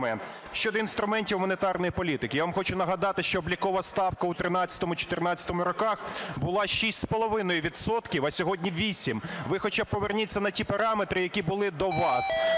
щодо інструментів монетарної політики. Я вам хочу нагадати, що облікова ставка у 2013-2014 роках була 6,5 відсотків, а сьогодні - 8. Ви хоча б поверніться на ті параметри, які були до вас.